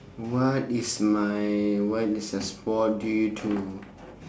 what is my what is a sport do you to